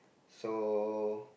so